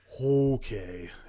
okay